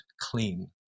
clean